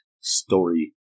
story